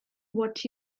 what